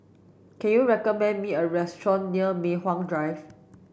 can you recommend me a restaurant near Mei Hwan Drive